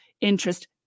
interest